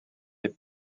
est